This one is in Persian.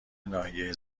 ناحیه